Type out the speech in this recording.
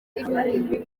ibihumbi